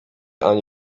ani